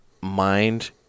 mind